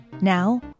Now